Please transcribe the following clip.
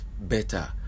better